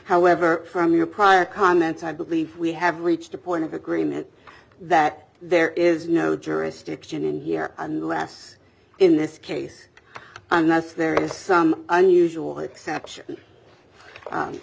however from your prior comments i believe we have reached a point of agreement that there is no jurisdiction in here unless in this case unless there is some unusual exception